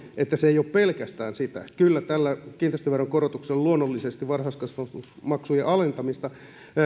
että se ei ole pelkästään sitä kyllä tällä kiinteistöveron korotuksella luonnollisesti varhaiskasvatusmaksujen alentamista